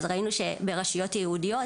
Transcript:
ראינו שברשויות יהודיות,